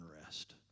rest